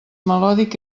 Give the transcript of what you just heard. melòdic